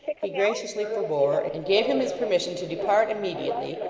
he graciously forbore, and gave him his permission to depart immediately,